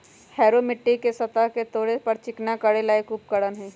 harrow मिट्टी के सतह के तोड़े और चिकना करे ला एक उपकरण हई